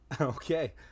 Okay